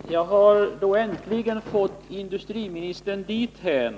Herr talman! Jag har då äntligen fått industriministern dithän